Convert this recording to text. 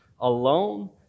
alone